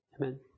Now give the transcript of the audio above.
amen